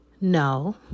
No